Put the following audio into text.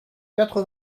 quatre